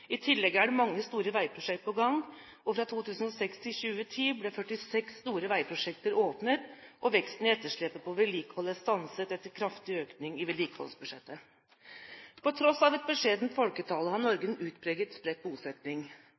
I tillegg er det mange store veiprosjekter på gang. Mellom 2006 og 2010 ble 46 store veiprosjekter åpnet, og veksten i etterslepet på vedlikehold er stanset etter kraftig økning i vedlikeholdsbudsjettet. På tross av et beskjedent folketall har Norge en utpreget spredt bosetning.